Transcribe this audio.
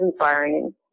inspiring